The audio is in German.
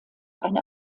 eine